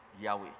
Yahweh